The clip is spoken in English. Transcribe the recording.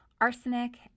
Arsenic